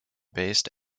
based